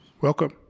Welcome